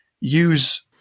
use